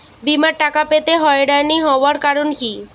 বিমার টাকা পেতে হয়রানি হওয়ার কারণ কি?